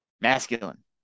masculine